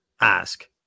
ask